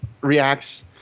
reacts